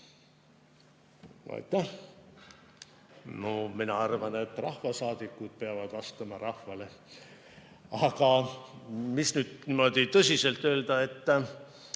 No mina arvan, et rahvasaadikud peavad vastama rahvale. Aga mida nüüd niimoodi tõsiselt öelda? Ma